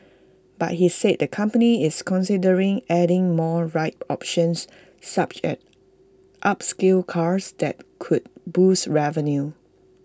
but he said the company is considering adding more ride options such as upscale cars that could boost revenue